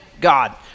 God